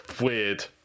weird